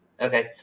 Okay